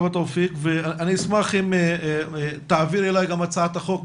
תודה רבה תאופיק ואני אשמח אם תעביר אליי את הצעת החוק,